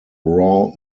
raw